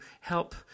help